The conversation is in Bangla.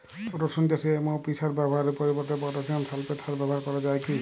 রসুন চাষে এম.ও.পি সার ব্যবহারের পরিবর্তে পটাসিয়াম সালফেট সার ব্যাবহার করা যায় কি?